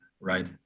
right